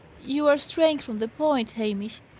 you are straying from the point. hamish,